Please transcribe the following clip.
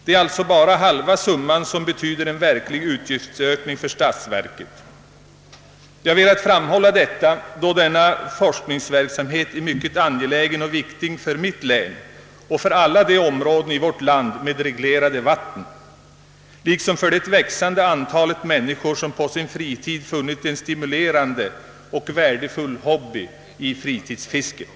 Det är alltså bara halva summan i verklig utgiftsökning för statsverket. Jag har velat framhålla detta eftersom denna forskningsverksamhet är mycket angelägen och viktig för mitt län och för alla områden i vårt land med reglerade vatten liksom för det växande antal människor som på sin fritid har funnit en stimulerande och värdefull hobby i fritidsfisket.